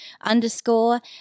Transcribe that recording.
underscore